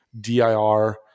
DIR